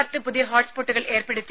പത്ത് പുതിയ ഹോട്ട്സ്പോട്ടുകൾ ഏർപ്പെടുത്തി